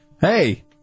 Hey